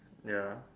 ya